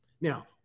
Now